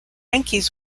yankees